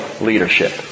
leadership